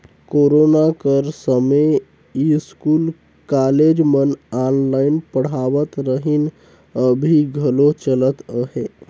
corona कर समें school, college मन ऑनलाईन पढ़ावत रहिन, अभीं घलो चलत अहे